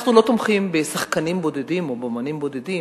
אנחנו לא תומכים בשחקנים בודדים או באמנים בודדים,